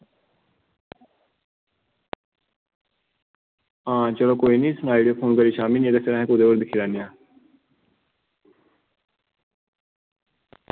आं चलो कोई निं सनाई ओड़ेओ शामीं फोन करियै नेईं तां कुदै होर दिक्खनै आं